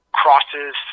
crosses